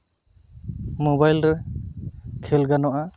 mobile ᱨᱮ ᱠᱷᱮᱞ ᱜᱟᱱᱚᱜᱼᱟ